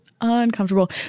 Uncomfortable